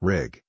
Rig